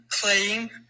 playing